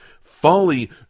folly